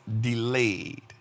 delayed